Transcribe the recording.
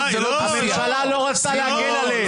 הממשלה לא רצתה להגן עליהם.